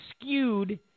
skewed